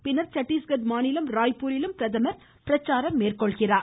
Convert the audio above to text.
பின்னர் சட்டிஸ்கட் மாநிலம் ராய்பூரிலும் பிரதமர் பிரச்சாரம் மேற்கொண்டார்